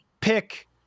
pick